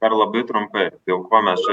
dar labai trumpai dėl ko mes čia